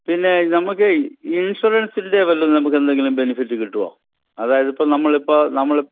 പിന്നെ നമുക്കേയ് ഇൻഷുറൻസിൻ്റെ വല്ല നമുക്ക് എന്തെങ്കിലും ബെനഫിറ്റ് കിട്ടോ അതായതിപ്പോൾ നമ്മളിപ്പോൾ നമ്മൾ